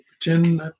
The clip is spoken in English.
pretend